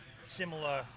similar